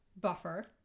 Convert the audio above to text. Buffer